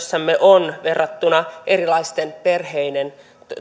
lainsäädännössämme on verrattuna erilaisten perheiden